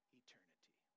eternity